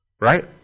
Right